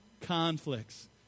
conflicts